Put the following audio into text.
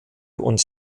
und